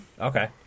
Okay